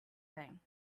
thing